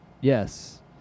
Yes